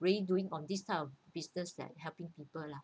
redo on this type of business that helping people lah